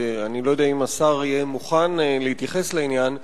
ואני לא יודע אם השר יהיה מוכן להתייחס לעניין,